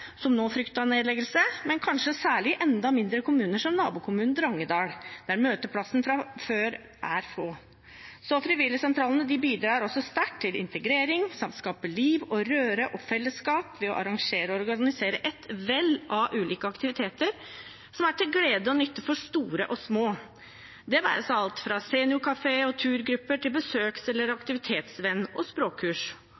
som nå frykter nedleggelse, og kanskje særlig i enda mindre kommuner, som i nabokommunen Drangedal, der møteplassene fra før er få. Frivilligsentralene bidrar også sterkt til integrering samt til å skape liv og røre og fellesskap ved å arrangere og organisere et vell av ulike aktiviteter, som er til glede og nytte for store og små, det være seg alt fra seniorkafé til turgrupper, besøks- eller